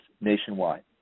nationwide